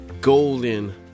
golden